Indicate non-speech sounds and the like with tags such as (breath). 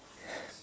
(breath)